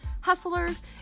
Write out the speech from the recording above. hustlers